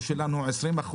השיעור שלנו הוא 20%,